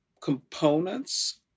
components